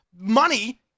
money